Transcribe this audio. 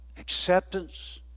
Acceptance